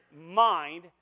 mind